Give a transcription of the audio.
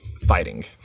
fighting